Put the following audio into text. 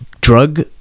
drug